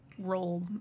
role